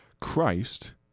Christ